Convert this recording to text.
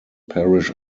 parish